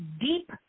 Deep